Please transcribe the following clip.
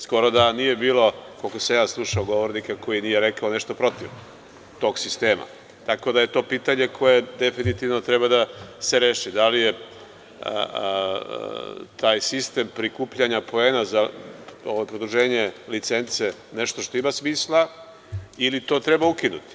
Skoro da nije bilo, koliko sam ja slušao, govornika koji nije rekao nešto protiv tog sistema, tako da je to pitanje koje definitivno treba da se reši, da li je taj sistem prikupljanja poena za produženje licence nešto što ima smisla ili to treba ukinuti.